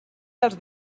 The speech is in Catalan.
dels